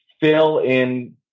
fill-in